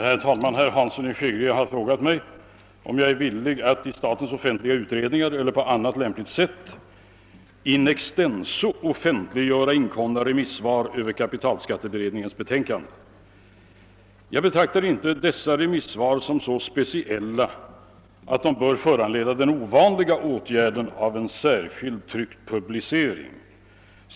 Herr talman! Herr Hansson i Skegrie har frågat mig, om jag är villig att i statens offentliga utredningar eller på annat lämpligt sätt in extenso offentliggöra inkomna remissvar över kapitalskatteberedningens betänkande. Jag betraktar inte dessa remissvar som så speciella att de bör föranleda den ovanliga åtgärden av en särskild tryckt publicering.